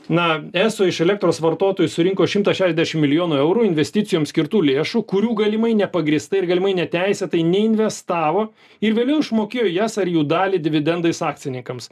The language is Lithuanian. na eso iš elektros vartotojų surinko šimtą šešiasdešimt milijonų eurų investicijoms skirtų lėšų kurių galimai nepagrįstai ir galimai neteisėtai neinvestavo ir vėliau išmokėjo jas ar jų dalį dividendais akcininkams